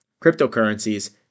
cryptocurrencies